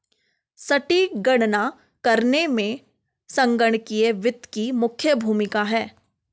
सटीक गणना करने में संगणकीय वित्त की मुख्य भूमिका है